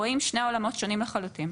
רואים שני עולמות שונים לחלוטין,